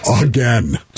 again